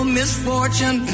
misfortune